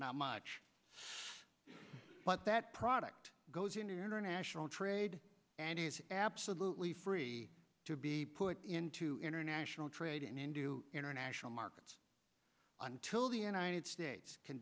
much but that product goes in international trade and is absolutely free to be put into international trade and do international markets until the end ited states can